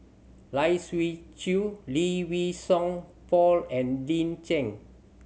Lai Siu Chiu Lee Wei Song Paul and Lin Chen